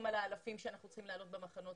על האלפים שאנחנו צריכים להעלות במחנות?